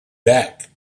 back